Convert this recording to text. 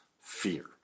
fear